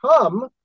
come